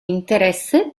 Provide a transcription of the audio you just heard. interesse